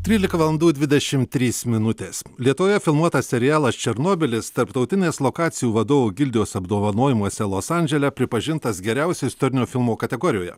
trylika valandų dvidešimt trys mininutės lietuvoje filmuotas serialas černobylis tarptautinės lokacijų vadovų gildijos apdovanojimuose los andžele pripažintas geriausiu istorinio filmo kategorijoje